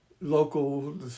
Local